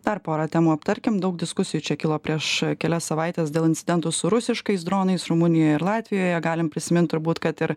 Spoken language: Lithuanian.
dar porą temų aptarkim daug diskusijų čia kilo prieš kelias savaites dėl incidentų su rusiškais dronais rumunijoj ir latvijoje galim prisimint turbūt kad ir